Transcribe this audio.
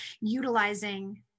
utilizing